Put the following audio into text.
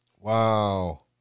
Wow